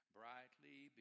brightly